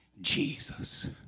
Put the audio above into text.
Jesus